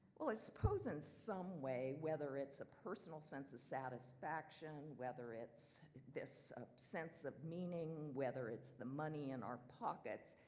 well i suppose in some way, whether it's a personal sense of satisfaction, whether it's this sense of meaning, whether it's the money in our pockets.